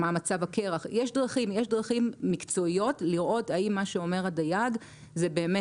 מה מצב הקרח יש דרכים מקצועיות לראות האם מה שאומר הדייג זה באמת